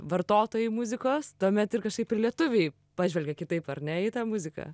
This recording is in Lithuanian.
vartotojai muzikos tuomet ir kažkaip ir lietuviai pažvelgia kitaip ar ne į tą muziką